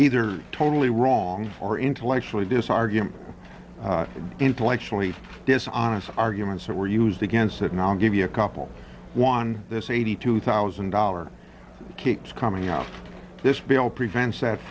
either totally wrong or intellectually this argument intellectually dishonest arguments that were used against that knowledge give you a couple one this eighty two thousand dollars keeps coming up this bill prevents that